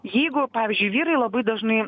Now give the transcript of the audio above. jeigu pavyzdžiui vyrai labai dažnai